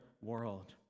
world